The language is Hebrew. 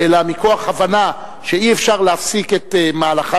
אלא מכוח הבנה שאי-אפשר להפסיק את מהלכה